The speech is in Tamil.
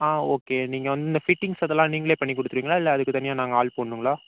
ஆ ஓகே நீங்கள் வந்து இந்த ஃபிட்டிங்ஸ் அதெல்லாம் நீங்களே பண்ணிக் கொடுத்துடுவீங்களா இல்ல அதுக்கு தனியாக நாங்கள் ஆள் போடணுங்களா